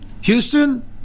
Houston